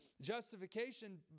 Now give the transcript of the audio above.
justification